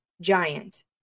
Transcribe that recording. giant